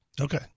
okay